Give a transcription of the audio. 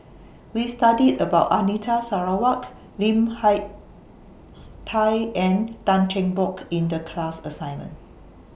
We studied about Anita Sarawak Lim Hak Tai and Tan Cheng Bock in The class assignment